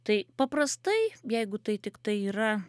tai paprastai jeigu tai tiktai yra